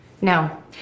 No